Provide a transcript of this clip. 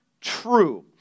true